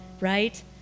right